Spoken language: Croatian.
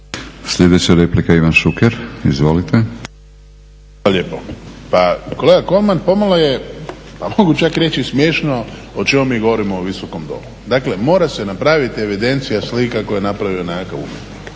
**Šuker, Ivan (HDZ)** Hvala lijepo. Pa kolega Kolman, pomalo je, pa mogu čak i reći i smiješno o čemu mi govorimo u ovom viskom domu. Dakle, mora se napraviti evidencija slika koje je napravio nekakav umjetnik.